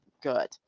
good